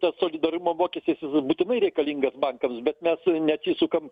tas solidarumo mokestis jis būtinai reikalingas bankams bet mes neatsisukam